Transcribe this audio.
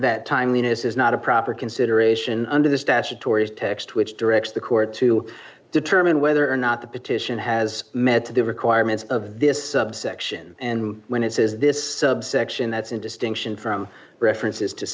that timeliness is not a proper consideration under the statutory text which directs the court to determine whether or not the petition has met the requirements of this section and when it says this section that's in distinction from references to